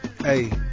Hey